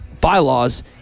bylaws